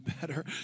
better